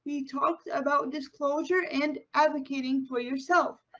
we talked about disclosure, and advocating for yourself